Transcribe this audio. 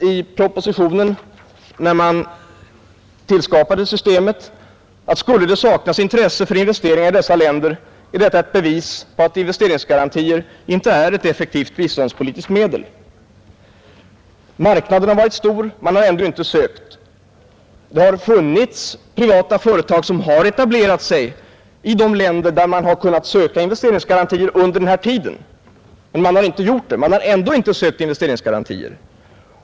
I propositionen sades det, när man tillskapade systemet, att skulle det saknas intresse för investeringar i dessa länder är detta ett bevis på att investeringsgarantier inte är ett effektivt biståndspolitiskt medel. Marknaden har varit stor, och det har funnits privata företag som har etablerats i de länder där man har kunnat söka investeringsgarantier under den här tiden men som ändå inte sökt investeringsgarantier.